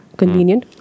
convenient